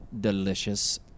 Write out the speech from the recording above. Delicious